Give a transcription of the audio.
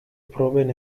proben